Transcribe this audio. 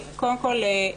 קודם כול,